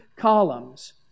columns